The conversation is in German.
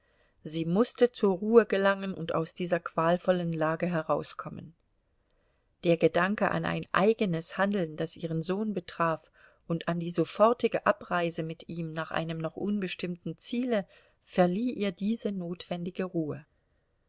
sie mußte zur ruhe gelangen und aus dieser qualvollen lage herauskommen der gedanke an ein eigenes handeln das ihren sohn betraf und an die sofortige abreise mit ihm nach einem noch unbestimmten ziele verlieh ihr diese notwendige ruhe